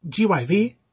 GYV